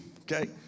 okay